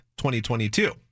2022